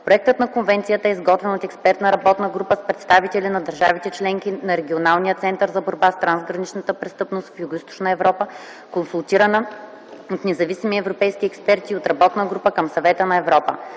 Проектът на Конвенцията е изготвен от експертна работна група с представители на държавите членки на Регионалния център за борба с транграничната престъпност в Югоизточна Европа, консултирана от независими европейски експерти и от работна група към Съвета на Европа.